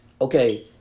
Okay